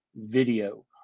video